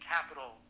Capital